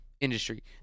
industry